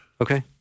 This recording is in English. Okay